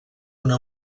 una